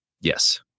yes